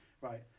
Right